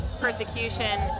persecution